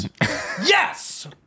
Yes